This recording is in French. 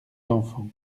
l’enfant